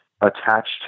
attached